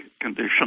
condition